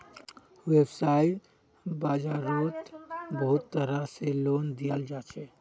वैव्साय बाजारोत बहुत तरह से लोन दियाल जाछे